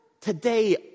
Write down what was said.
Today